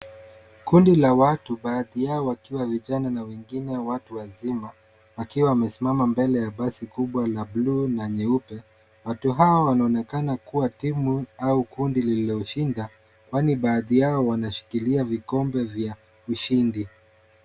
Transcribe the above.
Kundi la watu baadhii yao wakiwa vijana na wengine watu wazima, wakiwa wamesimama mbele ya basi kubwa la bluu na nyeupe, watu hao wanonekana kuwa timu au kundi lilo shinda, kwani baadhii yao wanashikilia vikombe vya ushindi.